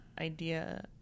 idea